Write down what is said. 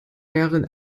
deren